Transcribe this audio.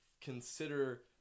consider